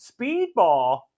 speedball